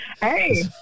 Hey